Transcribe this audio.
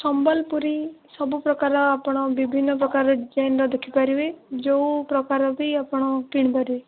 ସମ୍ବଲପୁରୀ ସବୁ ପ୍ରକାର ଆପଣ ବିଭିନ୍ନ ପ୍ରକାରର ଡିଜାଇନର ଦେଖିପାରିବେ ଯେଉଁପ୍ରକାର ବି ଆପଣ କିଣିପାରିବେ